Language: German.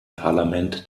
parlament